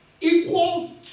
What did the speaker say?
equal